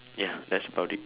ya that's about it